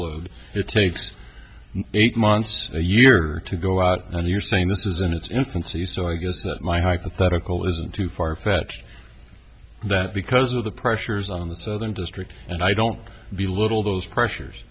load it takes eight months a year to go out and you're saying this is in its infancy so i guess that my hypothetical isn't too farfetched that because of the pressures on the southern district and i don't be little those pressures